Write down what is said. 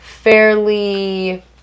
fairly